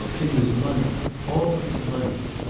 it was money always money.